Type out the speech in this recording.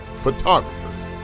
photographers